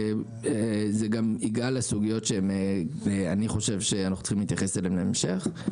וזה גם ייגע לסוגיות שאני חושב שאנחנו צריכים להתייחס אליהן להמשך.